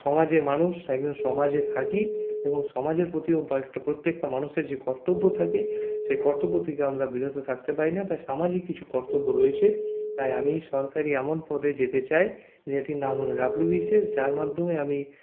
সমাজের মানুষ একজন সমাজে থাকি এবং সমাজের প্রতি প্রত্যেকটা মানুষের যে কর্তব্য থাকে সে কর্তব্য থেকে আমরা বিরত থাকতে পারি না তাই সামাজিক কিছু কর্তব্য রয়েছে তাই আমি এই সরকারি এমন পদে যেতে চাই যেটির নাম হল ডব্লিউবিসিএস যার মাধ্যমে আমি